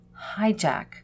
hijack